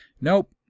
Nope